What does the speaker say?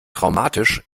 traumatisch